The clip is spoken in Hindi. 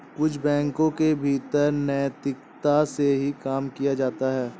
कुछ बैंकों के भीतर नैतिकता से ही काम किया जाता है